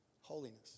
holiness